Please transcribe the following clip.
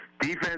defense